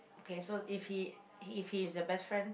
okay so if he if he is a best friend